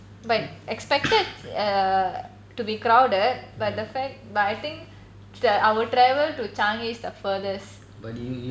but expected err to be crowded but the fact but I think the our travel to changi is the furthest